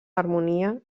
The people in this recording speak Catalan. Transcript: harmonia